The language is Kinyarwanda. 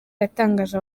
yatangaje